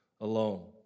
alone